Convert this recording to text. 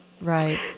Right